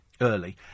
early